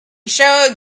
shouted